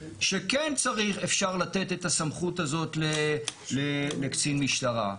שכן אפשר לתת את הסמכות הזאת לקצין משטרה.